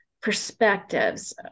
perspectives